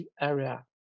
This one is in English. area